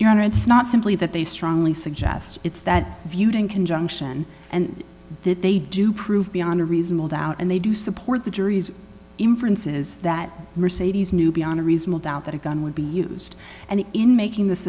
know it's not simply that they strongly suggest it's that viewed in conjunction and that they do prove beyond a reasonable doubt and they do support the jury's inference is that mercedes knew beyond a reasonable doubt that a gun would be used and in making th